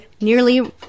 nearly